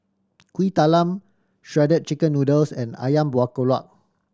Kuih Talam Shredded Chicken Noodles and Ayam Buah Keluak